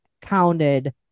counted